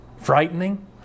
frightening